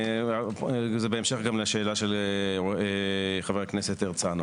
בהמשך לשאלת חבר הכנסת הרצנו